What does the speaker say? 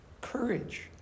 Courage